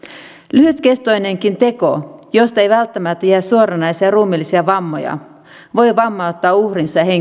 lyhytkestoinenkin teko josta ei välttämättä jää suoranaisia ruumiillisia vammoja voi vammauttaa uhrinsa